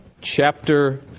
chapter